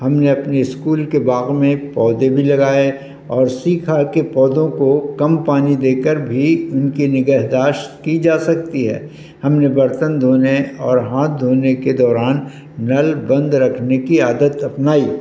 ہم نے اپنی اسکول کے باغ میں پودے بھی لگائے اور سیکھا کہ پودوں کو کم پانی دے کر بھی ان کی نگہداشت کی جا سکتی ہے ہم نے برتن دھونے اور ہاتھ دھونے کے دوران نل بند رکھنے کی عادت اپنائی